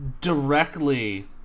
directly